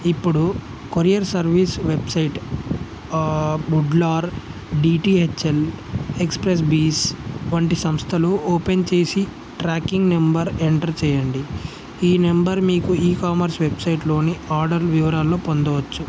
ఇప్పుడు courier service website Blue Dart DHL express బీస్ వంటి సంస్థలు ఓపెన్ చేసి ట్రాకింగ్ నెంబర్ ఎంటర్ చేయండి ఈ నెంబర్ మీకు ఈ కామర్స్ వెబ్సైట్లోని ఆర్డర్ వివరాల్లో పొందవచ్చు